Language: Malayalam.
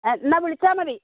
എന്നാൽ വിളിച്ചാൽമതി